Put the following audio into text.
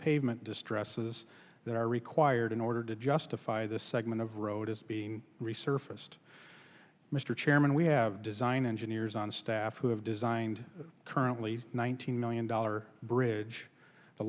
pavement distresses that are required in order to justify this segment of road is being resurfaced mr chairman we have design engineers on staff who have designed currently one thousand million dollar bridge the